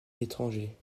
l’étranger